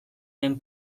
lehen